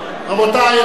רבותי,